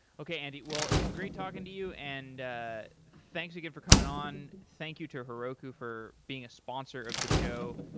okay, andy. it's great talking to you and ah thanks again for coming on. thank you to heroku for being a sponsor of the show.